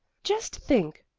just think!